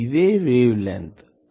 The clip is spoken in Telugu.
ఇదే వేవ్ లెంగ్త్ wave length